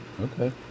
Okay